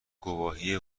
گواهی